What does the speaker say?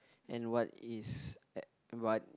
and what is what